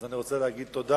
אז אני רוצה להגיד תודה,